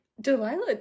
Delilah